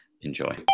enjoy